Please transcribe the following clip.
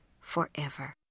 forever